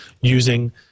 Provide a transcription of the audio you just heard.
using